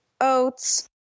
oats